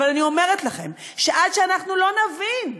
אני אומרת לכם, שעד שאנחנו לא נבין,